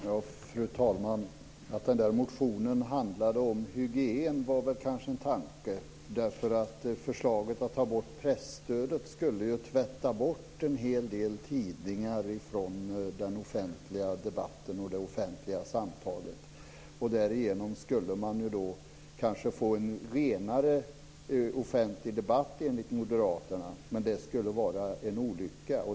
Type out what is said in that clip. Fru talman! Att den där motionen handlade om hygien var kanske en tanke. Förslaget att ta bort presstödet skulle ju tvätta bort en hel del tidningar från den offentliga debatten och det offentliga samtalet, och därigenom skulle man kanske få en renare offentlig debatt, enligt Moderaterna. Men det skulle vara en olycka.